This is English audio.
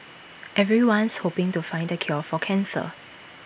everyone's hoping to find the cure for cancer